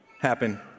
happen